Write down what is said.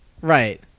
Right